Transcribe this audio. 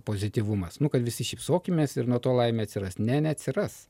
pozityvumas nu kad visi šypsokimės ir nuo to laimė atsiras ne neatsiras